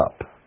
up